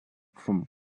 from